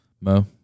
Mo